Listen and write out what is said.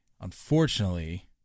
Unfortunately